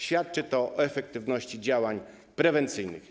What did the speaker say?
Świadczy to o efektywności działań prewencyjnych.